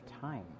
time